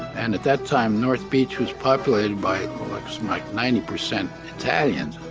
and at that time, north beach was populated by like ninety percent italians.